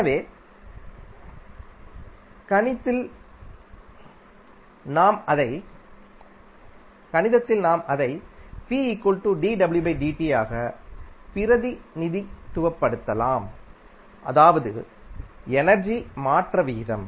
எனவே கணித்தில் நாம் அதை ஆக பிரதிநிதித்துவப்படுத்தலாம் அதாவது எனர்ஜி மாற்ற விகிதம்